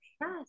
Yes